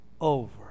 over